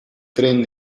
tren